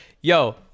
Yo